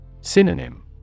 Synonym